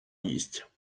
їсть